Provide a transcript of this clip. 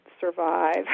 survive